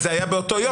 זה היה באותו יום.